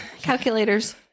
Calculators